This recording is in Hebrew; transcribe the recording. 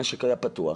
המשק היה פתוח,